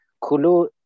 Kulu